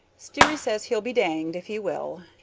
sterry says he'll be danged if he will.